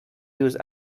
use